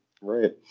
Right